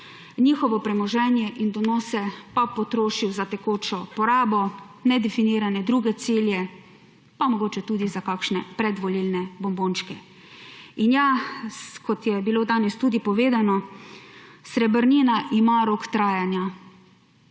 njihovo premoženje in donose pa potrošil za tekočo porabo, nedefinirane druge cilje pa mogoče tudi za kakšne predvolilne bombončke. Kot je bilo danes tudi povedano, srebrnina ima rok trajanja.